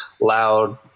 loud